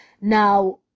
Now